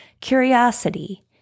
curiosity